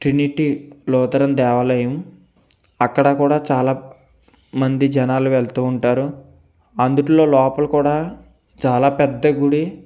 Trinity Lutheran దేవాలయం అక్కడ కూడా చాలా మంది జనాలు వెళుతు ఉంటారు అందులో లోపల కూడా చాలా పెద్ద గుడి